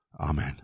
Amen